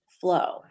flow